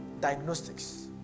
diagnostics